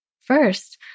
First